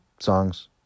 songs